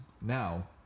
Now